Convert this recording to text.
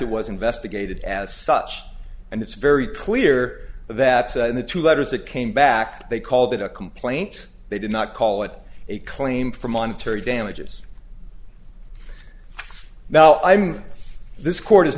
it was investigated as such and it's very clear that in the two letters that came back they called it a complaint they did not call it a claim for monetary damages now i mean this court is